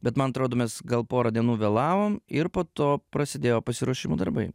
bet man atrodo mes gal porą dienų vėlavom ir po to prasidėjo pasiruošimo darbai